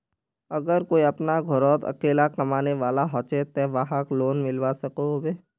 अगर कोई अपना घोरोत अकेला कमाने वाला होचे ते वाहक लोन मिलवा सकोहो होबे?